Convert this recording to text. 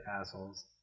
assholes